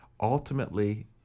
Ultimately